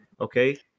Okay